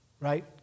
right